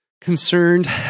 concerned